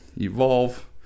evolve